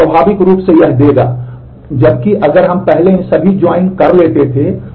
तो यह स्वाभाविक रूप से यह देगा जबकि अगर हम पहले इन सभी ज्वाइन भी होते थे